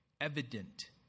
evident